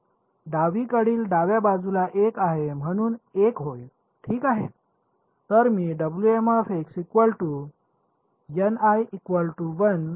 डावीकडील डाव्या बाजूला 1 आहे म्हणूनच 1 होय ठीक आहे तर मी निवडत आहे